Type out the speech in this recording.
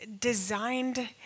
designed